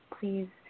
Please